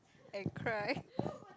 and cry